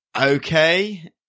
okay